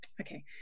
okay